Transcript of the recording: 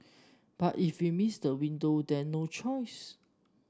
but if we miss the window then no choice